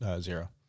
Zero